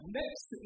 next